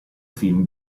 film